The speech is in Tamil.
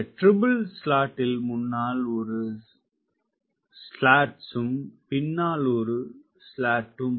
இந்த ட்ரிபிள் ஸ்லாட்டில் முன்னால் ஒரு ஸ்லேட்டும் பின்னால் ஒரு ஸ்லேட்டும் வைத்தால் 3